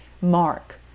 Mark